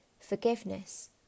forgiveness